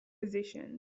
position